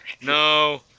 No